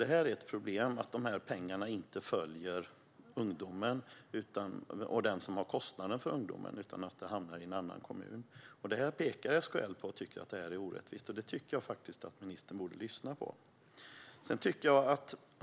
Det är ett problem att dessa pengar inte följer ungdomarna och dem som har kostnaderna för ungdomarna utan hamnar i en annan kommun. Detta pekar SKL på, och man tycker att det är orättvist. Det tycker jag faktiskt att ministern borde lyssna på.